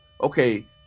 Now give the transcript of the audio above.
Okay